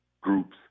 groups